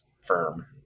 firm